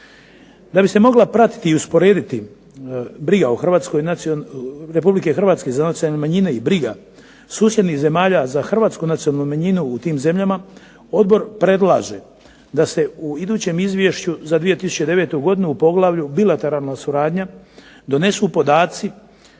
Da bi se mogla pratiti i usporediti briga Republike Hrvatske za nacionalne manjine i briga susjednih zemalja za hrvatsku nacionalnu manjinu u tim zemljama odbor predlaže da se u idućem izvješću za 2009. godinu u poglavlju bilateralna suradnja donesu podaci